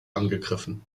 angegriffen